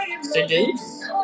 seduce